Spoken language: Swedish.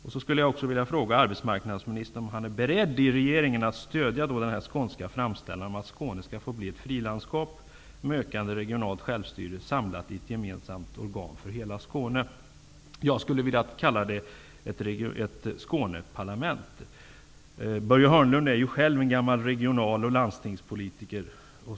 Jag vill också fråga om arbetsmarknadsministern är beredd att i regeringen stödja den skånska framställan om att Skåne skall få bli ett frilandskap med ökande regionalt självstyre samlat i ett gemensamt organ för hela Skåne -- jag vill kalla det för ett Skåneparlament. Börje Hörnlund är ju själv en gammal regional och landstingspolitiker.